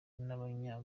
n’abanya